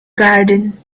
garden